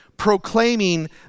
proclaiming